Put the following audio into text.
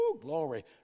Glory